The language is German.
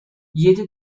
jede